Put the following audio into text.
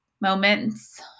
moments